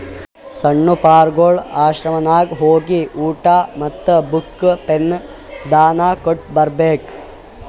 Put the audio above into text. ಸಣ್ಣು ಪಾರ್ಗೊಳ್ ಆಶ್ರಮನಾಗ್ ಹೋಗಿ ಊಟಾ ಮತ್ತ ಬುಕ್, ಪೆನ್ ದಾನಾ ಕೊಟ್ಟ್ ಬರ್ಬೇಕ್